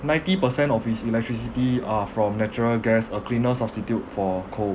ninety percent of its electricity are from natural gas a cleaner substitute for coal